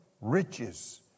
riches